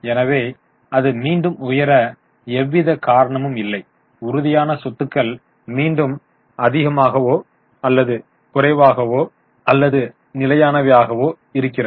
எனவே ஆக அது மீண்டும் உயர எவ்வித காரணமும் இல்லை உறுதியான சொத்துக்கள் மீண்டும் அதிகமாகவோ அல்லது குறைவாகவோ அல்லது நிலையானவையாகவோ இருக்கிறது